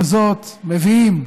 ובזאת מביאים